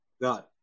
God